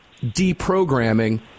deprogramming